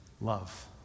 love